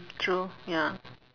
true ya